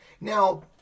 Now